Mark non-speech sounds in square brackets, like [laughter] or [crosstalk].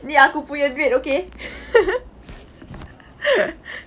ni aku punya duit okay [laughs]